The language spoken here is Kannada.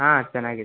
ಹಾಂ ಚೆನ್ನಾಗಿದೆ